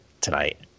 tonight